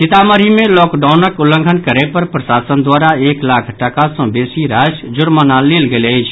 सीतामढ़ी मे लॉकडाउनक उल्लंघन करय पर प्रशासन द्वारा एक लाख टाका सॅ बेसी राशि जुर्माना लेल गेल अछि